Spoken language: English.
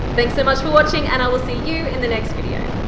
thanks so much for watching and i will see you in the next video,